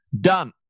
done